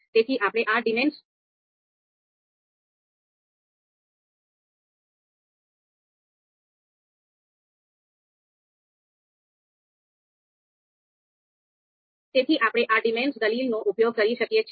તેથી આપણે આ ડિમનેમ્સ દલીલનો ઉપયોગ કરી શકીએ છીએ